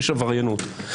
יש עבריינות,